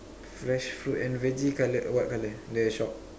fresh fruit and veggie color what colour the shop